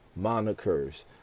monikers